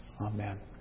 Amen